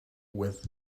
with